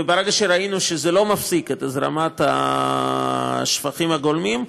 וברגע שראינו שזה לא מפסיק את הזרמת השפכים הגולמיים,